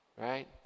right